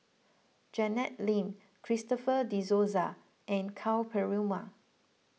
Janet Lim Christopher De Souza and Ka Perumal